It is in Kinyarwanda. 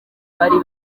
bari